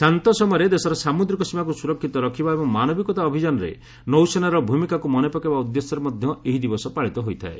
ଶାନ୍ତ ସମୟରେ ଦେଶର ସାମ୍ରଦିକ ସୀମାକୁ ସ୍ତରକ୍ଷିତ ରଖିବା ଏବଂ ମାନବିକତା ଅଭିଯାନରେ ନୌସେନାର ଭୂମିକାକୁ ମନେପକାଇବା ଉଦ୍ଦେଶ୍ୟରେ ମଧ୍ୟ ଏହି ଦିବସ ପାଳିତ ହୋଇଥାଏ